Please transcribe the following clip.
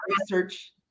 research